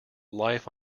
life